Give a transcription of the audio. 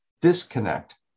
disconnect